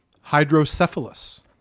hydrocephalus